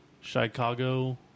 Chicago